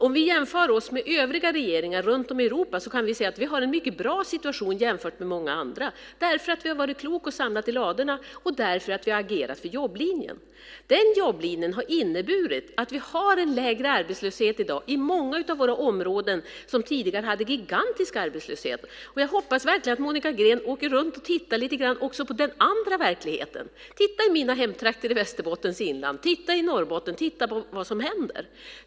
Om vi jämför oss med övriga regeringar runt om i Europa kan vi se att vi har en mycket bra situation jämfört med många andra därför att vi har varit kloka och samlat i ladorna och därför att vi har agerat för jobblinjen. Den jobblinjen har inneburit att vi har en lägre arbetslöshet i dag i många av våra områden som tidigare hade gigantisk arbetslöshet. Jag hoppas verkligen att Monica Green åker runt och tittar lite grann också på den andra verkligheten. Titta i mina hemtrakter i Västerbottens inland! Titta i Norrbotten! Titta på vad som händer!